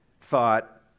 thought